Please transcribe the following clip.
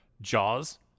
jaws